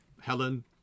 Helen